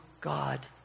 God